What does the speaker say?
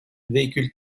vehicle